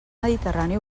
mediterrani